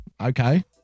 Okay